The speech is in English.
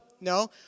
no